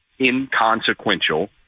inconsequential